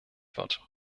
wird